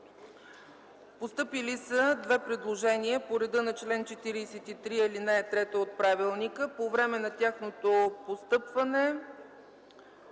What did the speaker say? Постъпили са две предложения по реда на чл. 43, ал. 3 от Правилника. По време на тяхното постъпване